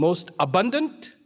most abundant